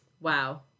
Wow